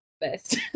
best